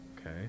okay